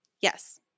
Yes